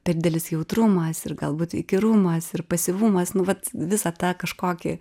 per didelis jautrumas ir galbūt įkyrumas ir pasyvumas nu vat visą tą kažkokį